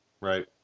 Right